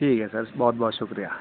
ٹھیک ہے سر بہت بہت شکریہ